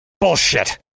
Bullshit